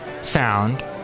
sound